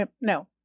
no